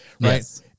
right